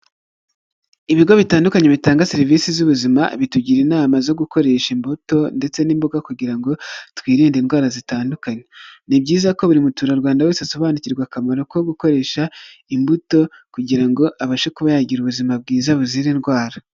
Ibigo bitandukanye bitanga serivisi z'ubuzima, bitugira inama zo gukoresha imbuto ndetse n'imboga, kugira ngo twirinde indwara zitandukanye. Ni byiza ko buri munyarwanda wese asobanukirwa akamaro ko gukoresha imbuto, kugira ngo abashe kuba yagira ubuzima bwiza buzira indwara.